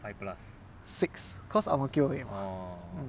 six because ang mo kio 而已 mah mm